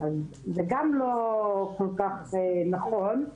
זה גם לא כל כך נכון,